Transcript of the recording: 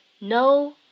no